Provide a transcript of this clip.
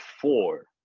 four